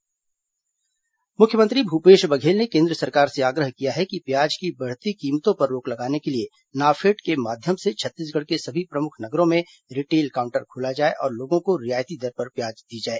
मुख्यमंत्री प्याज कीमत मुख्यमंत्री भूपेश बघेल ने केन्द्र सरकार से आग्रह किया है कि प्याज की बढ़ती कीमतों पर रोक लगाने के लिए नाफेड के माध्यम से छत्तीसगढ़ के सभी प्रमुख नगरों में रिटेल काउण्टर खोला जाए और लोगों को रियायती दर पर प्याज दी जाए